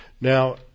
Now